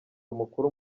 mukuru